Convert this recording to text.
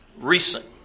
recent